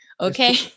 Okay